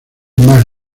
más